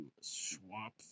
swap